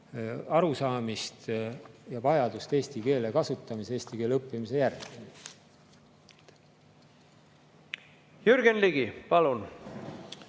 See vähendab vajadust eesti keele kasutamise, eesti keele õppimise järele. Jürgen Ligi, palun!